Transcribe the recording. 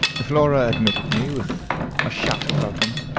flora admitted me with a shout of welcome,